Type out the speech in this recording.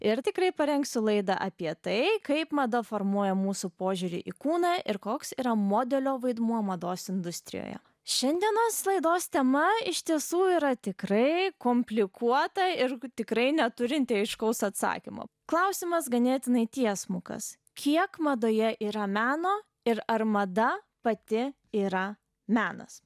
ir tikrai parengsiu laidą apie tai kaip mada formuoja mūsų požiūrį į kūną ir koks yra modelio vaidmuo mados industrijoje šiandienos laidos tema iš tiesų yra tikrai komplikuota ir tikrai neturinti aiškaus atsakymo klausimas ganėtinai tiesmukas kiek madoje yra meno ir ar mada pati yra menas